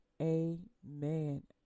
amen